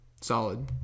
solid